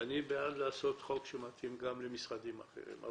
ואני בעד לעשות חוק שמתאים גם למשרדים אחרים.